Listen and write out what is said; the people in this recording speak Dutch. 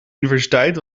universiteit